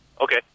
Okay